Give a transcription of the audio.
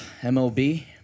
MLB